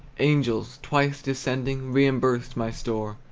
angels, twice descending, reimbursed my store.